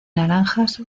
naranjas